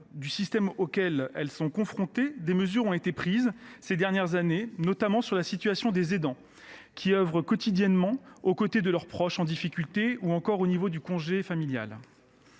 du système auquel elles sont confrontées, des mesures ont été prises au cours des dernières années. Elles portent sur la situation des aidants, qui œuvrent quotidiennement aux côtés de leurs proches en difficulté, ou encore sur le congé familial.